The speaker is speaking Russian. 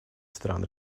стран